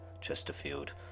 Chesterfield